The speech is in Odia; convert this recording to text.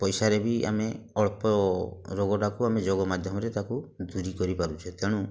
ପଇସାରେ ବି ଆମେ ଅଳ୍ପ ରୋଗଟାକୁ ଆମେ ଯୋଗ ମାଧ୍ୟମରେ ତାକୁ ଦୂରୀ କରିପାରୁଛେ ତେଣୁ